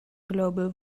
global